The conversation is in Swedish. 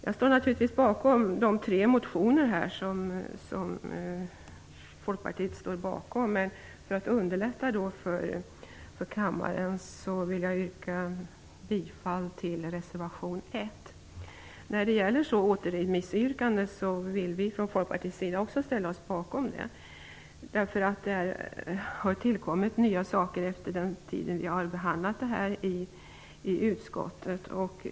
Jag står naturligtvis bakom de tre motioner som Folkpartiet har väckt. Men för att underlätta för kammaren vill jag enbart yrka bifall till reservation 1. Vi vill från Folkpartiets sida också ställa oss bakom återremissyrkandet. Det har tillkommit nya saker efter det att vi har behandlat frågan i utskottet.